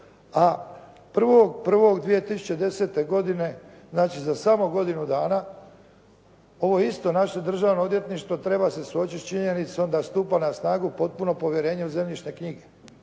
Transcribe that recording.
A 1.1.2010. godine, znači samo za godinu dana, ovo isto naše državno odvjetništvo treba se suočiti s činjenicom da stupa na snagu potpuno povjerenje u zemljišne knjige.